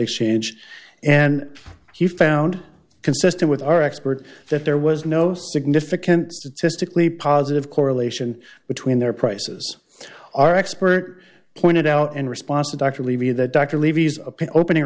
exchange and he found consistent with our expert that there was no significant statistically positive correlation between their prices our expert pointed out in response to dr levy that dr